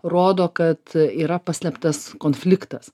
rodo kad yra paslėptas konfliktas